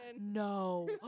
No